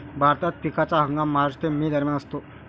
भारतात पिकाचा हंगाम मार्च ते मे दरम्यान असतो